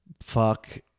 fuck